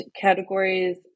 categories